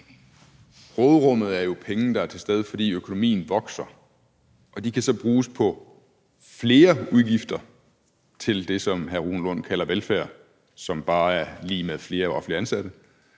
Råderummet er jo penge, der er til stede, fordi økonomien vokser, og de kan så bruges på flere udgifter til det, som hr. Rune Lund kalder velfærd, og som bare er lig med flere offentligt ansatte,